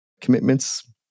commitments